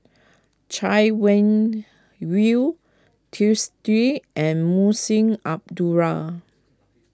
Chay Weng Yew Twisstii and Munshi Abdullah